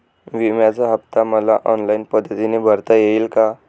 विम्याचा हफ्ता मला ऑनलाईन पद्धतीने भरता येईल का?